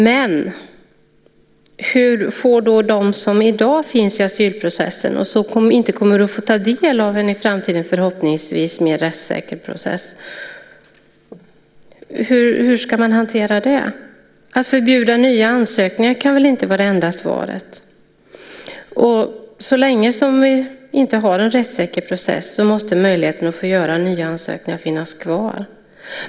Men hur går det för dem som i dag finns i asylprocessen och som inte kommer att få ta del av en i framtiden förhoppningsvis mer rättssäker process? Hur ska man hantera det? Att förbjuda nya ansökningar kan väl inte vara det enda svaret? Så länge som vi inte har en rättssäker process måste möjligheten att göra nya ansökningar finnas kvar.